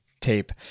tape